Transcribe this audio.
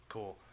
Cool